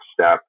step